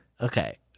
Okay